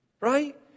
right